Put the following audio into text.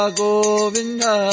govinda